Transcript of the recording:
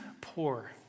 poor